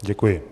Děkuji.